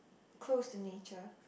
close to nature